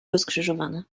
rozkrzyżowana